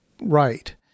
right